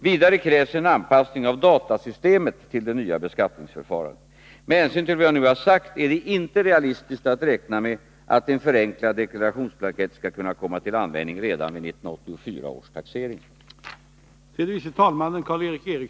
Vidare krävs en anpassning av datasystemet till det nya beskattningsförfarandet. Med hänsyn till vad jag nu har sagt är det inte realistiskt att räkna med att en förenklad deklarationsblankett skall kunna komma till användning redan vid 1984 års taxering.